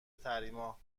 تحریما